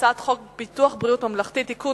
הצעת חוק ביטוח בריאות ממלכתי (תיקון,